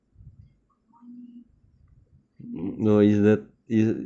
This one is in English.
good morning good morning